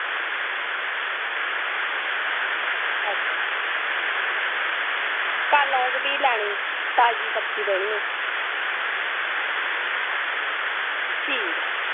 अच्छा कल्ल औग भी लैने ई ताज़ी सब्ज़ी ठीक ऐ